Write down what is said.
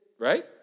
Right